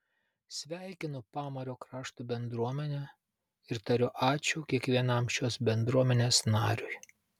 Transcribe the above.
sveikinu pamario krašto bendruomenę ir tariu ačiū kiekvienam šios bendruomenės nariui